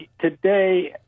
Today